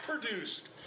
produced